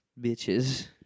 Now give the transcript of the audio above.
bitches